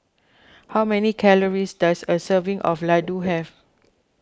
how many calories does a serving of Ladoo have